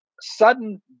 sudden